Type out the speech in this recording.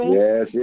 yes